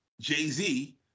Jay-Z